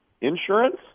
insurance